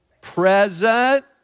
present